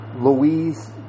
Louise